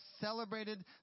celebrated